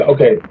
Okay